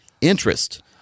interest